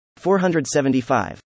475